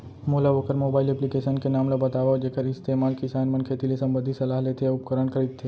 मोला वोकर mobile application के नाम ल बतावव जेखर इस्तेमाल किसान मन खेती ले संबंधित सलाह लेथे अऊ उपकरण खरीदथे?